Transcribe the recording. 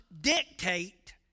dictate